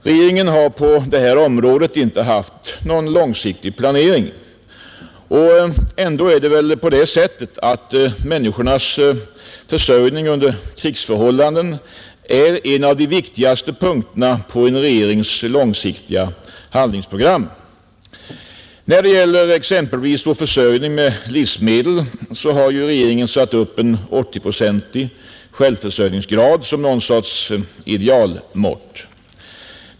Regeringen har på detta område inte haft någon långsiktig planering. Ändå är det väl på det sättet att människornas försörjning under krigsförhållanden är en av de viktigaste punkterna i en regerings långsiktiga handlingsprogram. När det gäller exempelvis vår försörjning med livsmedel så har ju regeringen satt upp en 80-procentig självförsörjningsgrad som någon sorts idealmått.